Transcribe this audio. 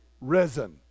risen